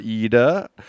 Ida